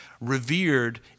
revered